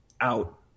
out